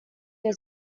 der